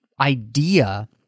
idea